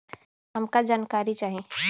हमका जानकारी चाही?